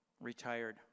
retired